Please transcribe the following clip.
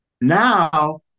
Now